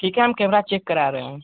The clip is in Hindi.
ठीक है हम कैमरा चेक करा रहे हैं